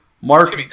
Mark